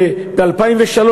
ב-2003,